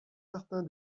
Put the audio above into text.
martin